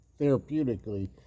therapeutically